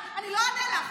אני לא צריכה אישור ממך.